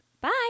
Bye